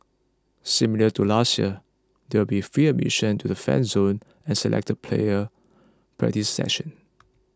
similar to last year there will be free admission to the Fan Zone and selected player practice sessions